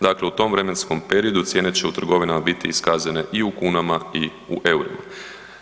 Dakle, u tom vremenskom periodu cijene će u trgovinama biti iskazane i u kunama i u EUR-ima.